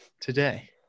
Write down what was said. today